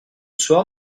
soir